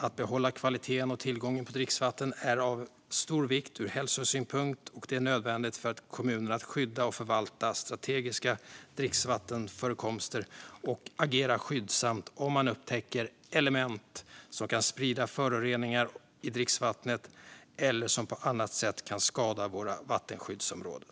Att behålla kvaliteten och tillgången på dricksvatten är av stor vikt ur hälsosynpunkt, och det är nödvändigt för kommunerna att skydda och förvalta strategiska dricksvattenförekomster och agera skyndsamt om man upptäcker element som kan sprida föroreningar i dricksvattnet eller på annat sätt skada våra vattenskyddsområden.